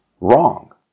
wrong